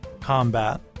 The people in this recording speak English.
combat